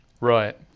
Right